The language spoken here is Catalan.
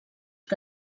que